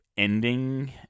ending